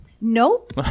Nope